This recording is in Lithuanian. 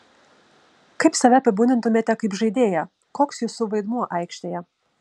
kaip save apibūdintumėte kaip žaidėją koks jūsų vaidmuo aikštėje